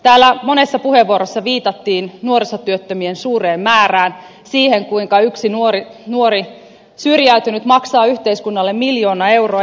täällä monessa puheenvuorossa viitattiin nuorisotyöttömien suureen määrään siihen kuinka yksi syrjäytynyt nuori maksaa yhteiskunnalle miljoona euroa